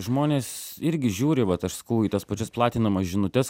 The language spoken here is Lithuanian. žmonės irgi žiūri vat aš sakau į tas pačias platinamas žinutes